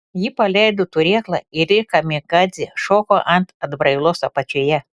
ji paleido turėklą ir lyg kamikadzė šoko ant atbrailos apačioje